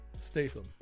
Statham